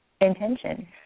intention